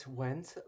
went